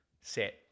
set